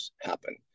happen